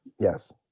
yes